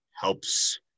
helps